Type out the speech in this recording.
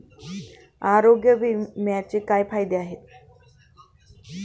आरोग्य विम्याचे काय फायदे आहेत?